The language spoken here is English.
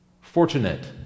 fortunate